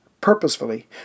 purposefully